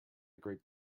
great